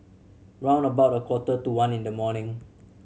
round about a quarter to one in the morning